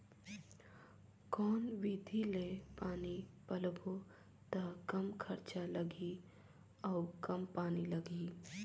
कौन विधि ले पानी पलोबो त कम खरचा लगही अउ कम पानी लगही?